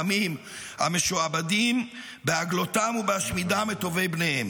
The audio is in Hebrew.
העמים המשועבדים בהגלותם ובהשמידם את טובי בניהם.